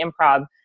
improv